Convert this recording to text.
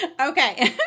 Okay